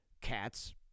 Cats